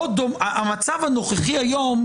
המצב הנוכחי היום,